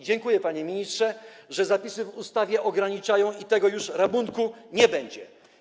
Dziękuję, panie ministrze, ż e zapisy w ustawie to ograniczają i tego rabunku już nie będzie.